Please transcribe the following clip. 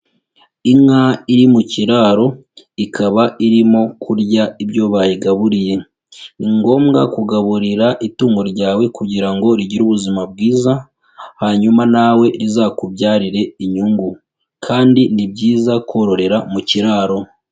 Inka iri mu kiraro, ikaba irimo kurya ibyo bayigaburiye. Ni ngombwa kugaburira itungo ryawe kugira ngo rigire ubuzima bwiza, hanyuma nawe rizakubyarire inyungu kandi ni byiza kororera mu kiraro.